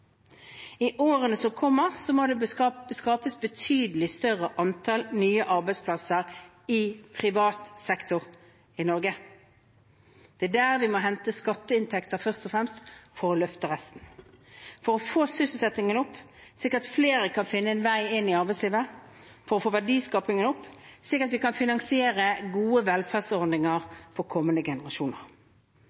I årene som kommer, må det skapes et betydelig større antall nye arbeidsplasser i privat sektor i Norge. Det er først og fremst der vi må hente skatteinntekter for å løfte resten, for å få sysselsettingen opp, slik at flere kan finne en vei inn i arbeidslivet, for å få verdiskapingen opp, slik at vi kan finansiere gode velferdsordninger for kommende generasjoner.